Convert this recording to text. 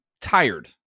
tired